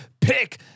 pick